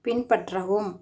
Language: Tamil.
பின்பற்றவும்